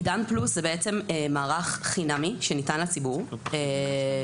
עידן פלוס זה בעצם מערך חינמי שניתן לציבור שכל